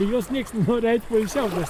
į juos nieks nenori eit poilsiaut nes